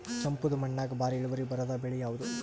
ಕೆಂಪುದ ಮಣ್ಣಾಗ ಭಾರಿ ಇಳುವರಿ ಬರಾದ ಬೆಳಿ ಯಾವುದು?